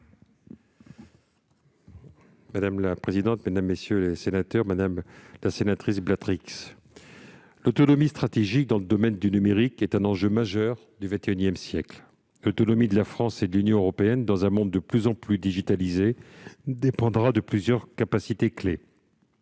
? La parole est à M. le ministre délégué. Madame la sénatrice Blatrix Contat, l'autonomie stratégique dans le domaine du numérique est un enjeu majeur du XXI siècle. L'autonomie de la France et de l'Union européenne dans un monde de plus en plus digitalisé dépendra de plusieurs capacités clés.